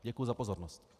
Děkuji za pozornost.